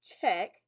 Check